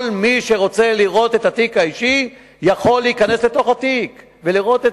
כל מי שרוצה לראות את התיק האישי יכול לפתוח את התיק ולראות.